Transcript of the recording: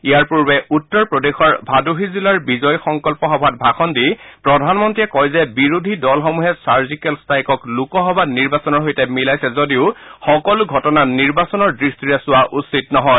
ইয়াৰ পূৰ্বে উত্তৰ প্ৰদেশৰ ভাদোহী জিলাৰ বিজয় সংকল্প সভাত ভাষণ দি প্ৰধানমন্ত্ৰীয়ে কয় যে বিৰোধী দলসমূহে ছাৰ্জিকেল ট্টাইকক লোকসভা নিৰ্বাচনৰ সৈতে মিলাইছে যদিও সকলো ঘটনা নিৰ্বাচনৰ দৃট্টিৰে চোৱা উচিত নহয়